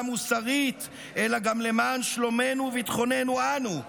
מוסרית אלא גם למען שלומנו וביטחוננו אנו.